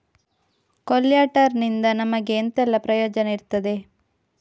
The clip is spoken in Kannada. ಕೊಲ್ಯಟರ್ ನಿಂದ ನಮಗೆ ಎಂತ ಎಲ್ಲಾ ಪ್ರಯೋಜನ ಇರ್ತದೆ?